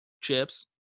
chips